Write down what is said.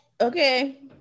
okay